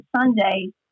Sunday